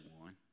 one